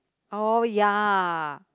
oh ya